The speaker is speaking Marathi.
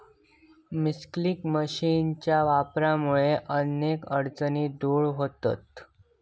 मिल्किंग मशीनच्या वापरामुळा अनेक अडचणी दूर व्हतहत